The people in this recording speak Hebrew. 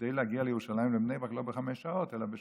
כדי להגיע לירושלים ולבני ברק לא בחמש שעות אלא בשעה-שעתיים.